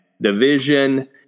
division